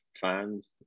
fans